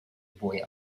boy